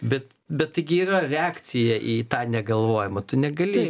bet bet tai gi yra reakcija į tą negalvojimą tu negali